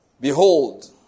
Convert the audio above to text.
Behold